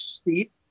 steep